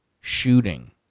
shooting